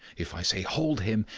if i say hold him,